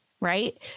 right